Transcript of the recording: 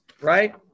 Right